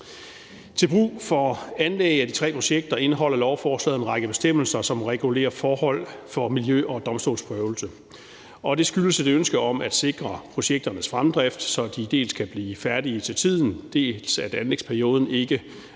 Til brug for anlæg af de tre projekter indeholder lovforslaget en række bestemmelser, som regulerer forhold for miljø- og domstolsprøvelse, og det skyldes et ønske om at sikre projekternes fremdrift, så de dels kan blive færdige til tiden, dels at anlægsperioden ikke